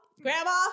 grandma